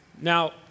Now